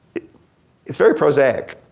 it's very prosaic.